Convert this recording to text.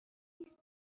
لیستی